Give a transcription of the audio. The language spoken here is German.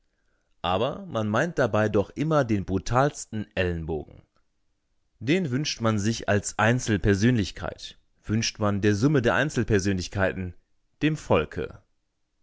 aber man meint dabei doch immer den brutalsten ellenbogen den wünscht man sich als einzelpersönlichkeit wünscht man der summe der einzelpersönlichkeiten dem volke